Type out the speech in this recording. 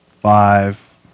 five